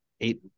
eight